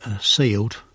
sealed